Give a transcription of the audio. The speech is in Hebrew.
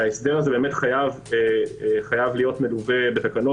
שההסדר הזה חייב להיות מלווה בתקנות